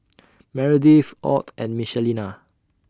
Meredith Ott and Michelina